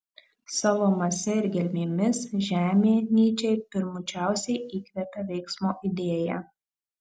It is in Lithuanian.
savo mase ir gelmėmis žemė nyčei pirmučiausiai įkvepia veiksmo idėją